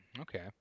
Okay